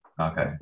Okay